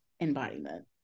embodiment